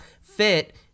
fit